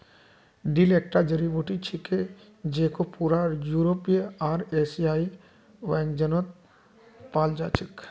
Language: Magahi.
डिल एकता जड़ी बूटी छिके जेको पूरा यूरोपीय आर एशियाई व्यंजनत पाल जा छेक